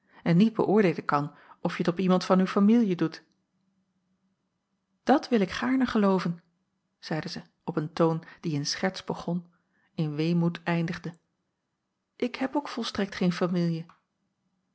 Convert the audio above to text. en niet beöordeelen kan of je t op iemand van uw famielje doet dat wil ik gaarne gelooven zeide zij op een toon die in scherts begonnen in weemoed eindigde ik heb ook volstrekt geen famielje